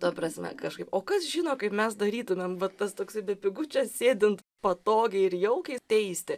ta prasme kažkaip o kas žino kaip mes darytumėm va tas toksai bepigu čia sėdint patogiai ir jaukiai teisti